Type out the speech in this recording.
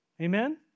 Amen